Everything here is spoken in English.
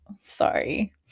Sorry